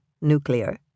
nuclear